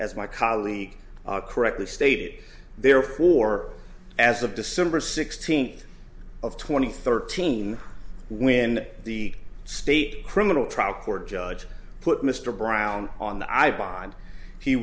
as my colleague correctly stated therefore as of december sixteenth of twenty thirteen when the state criminal trial court judge put mr brown on